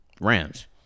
Rams